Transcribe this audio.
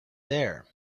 there